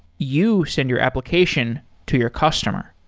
you send your application to your customer